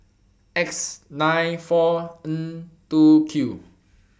X nine four N two Q